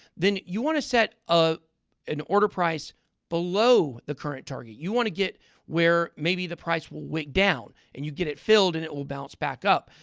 then you want to set ah an order price below the current target. you want to get where maybe the price will wick down, and you get it filled and it will bounce back up.